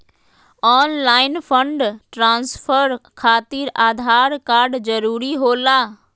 Online fund transfer खातिर Aadhaar card जरूरी होला?